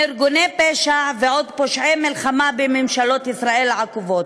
מארגוני פשע ועד פושעי מלחמה בממשלות ישראל העוקבות.